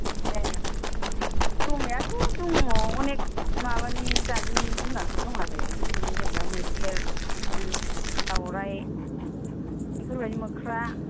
ए दंनायाथ' दङ अनेख माबानि जाथनि जुनादफोर दंआरो बिदिनो जेन'बा मैदेर बिदिनो दाउराइ बेफोरबायदि मोख्रा